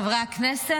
חברי הכנסת,